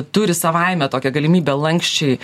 turi savaime tokią galimybę lanksčiai